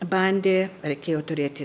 bandė reikėjo turėti